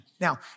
Now